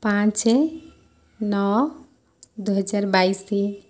ପାଞ୍ଚ ନଅ ଦୁଇ ହଜାର ବାଇଶି